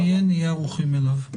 וגם אם יהיה נהיה ערוכים אליו.